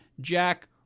Jack